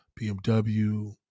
BMW